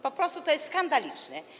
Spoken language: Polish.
Po prostu to jest skandaliczne.